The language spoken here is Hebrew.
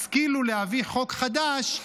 השכילו להביא חוק חדש,